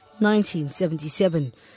1977